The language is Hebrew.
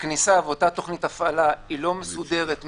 הכניסה ואותה תוכנית הפעלה היא לא מסודרת,